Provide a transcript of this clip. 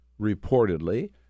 reportedly